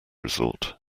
resort